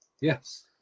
Yes